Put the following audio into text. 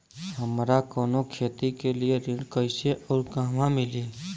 हमरा कवनो खेती के लिये ऋण कइसे अउर कहवा मिली?